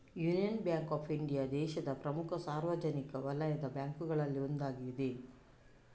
union bank of India ದೇಶದ ಪ್ರಮುಖ ಸಾರ್ವಜನಿಕ ವಲಯದ ಬ್ಯಾಂಕುಗಳಲ್ಲಿ ಒಂದಾಗಿದೆ